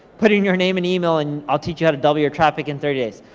put in your name and email, and i'll teach you how to double your traffic in thirty days.